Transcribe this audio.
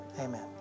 Amen